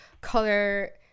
color